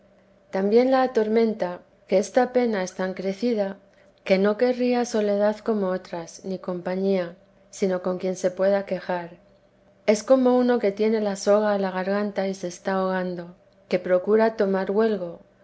también la atormenta que esta pena es tan crecida que no querría soledad como otras ni compañía sino con quien se pueda quejar es como uno que tiene la soga a la garganta y se está ahogando que procura tomar huelgo